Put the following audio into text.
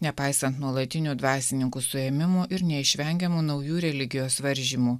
nepaisan nuolatinių dvasininkų suėmimų ir neišvengiamų naujų religijos varžymų